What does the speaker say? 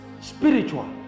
spiritual